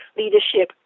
leadership